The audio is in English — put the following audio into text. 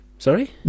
Sorry